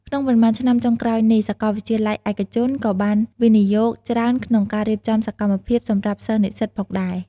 ក្នុងប៉ុន្មានឆ្នាំចុងក្រោយនេះ សាកលវិទ្យាល័យឯកជនក៏បានវិនិយោគច្រើនក្នុងការរៀបចំសកម្មភាពសម្រាប់សិស្សនិស្សិតផងដែរ។